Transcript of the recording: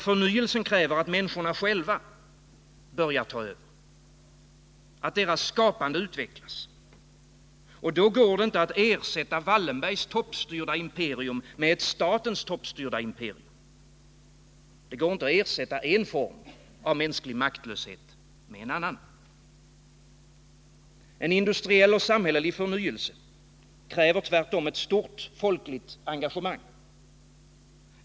Förnyelsen kräver att människorna själva börjar ta över, att deras skapande kan utvecklas. Då går det inte att ersätta Wallenbergs toppstyrda imperium med ett statens toppstyrda imperium. Det går inte att ersätta en form av mänsklig maktlöshet med en annan. En industriell och samhällelig förnyelse kräver ett stort folkligt engagemang.